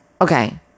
Okay